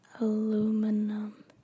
Aluminum